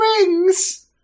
rings